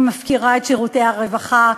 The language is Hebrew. היא מפקירה את שירותי הרווחה,